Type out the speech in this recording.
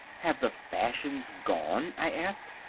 have the fashions gone, i asked,